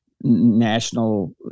national